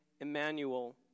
Emmanuel